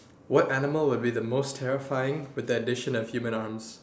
what animal would be the most terrifying with the addition of both human arms